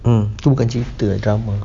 mm tu bukan cerita drama